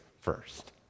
first